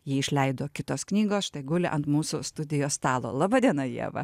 jį išleido kitos knygos štai guli ant mūsų studijos stalo laba diena ieva